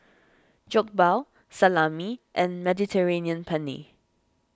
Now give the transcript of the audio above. Jokbal Salami and Mediterranean Penne